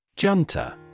Junta